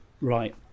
Right